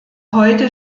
heute